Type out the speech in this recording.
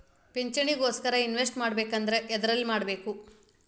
ಪಿಂಚಣಿ ಗೋಸ್ಕರ ಇನ್ವೆಸ್ಟ್ ಮಾಡಬೇಕಂದ್ರ ಎದರಲ್ಲಿ ಮಾಡ್ಬೇಕ್ರಿ?